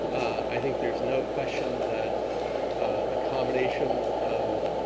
i think there is no question that the combination of